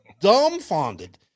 dumbfounded